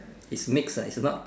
it's mixed ah it's not